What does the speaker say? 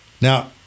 Now